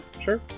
sure